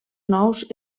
nous